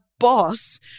boss